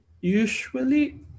usually